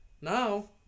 Now